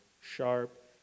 sharp